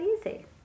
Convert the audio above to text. easy